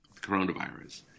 coronavirus